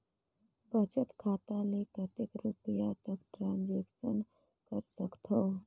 बचत खाता ले कतेक रुपिया तक ट्रांजेक्शन कर सकथव?